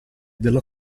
della